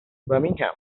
birmingham